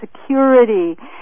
security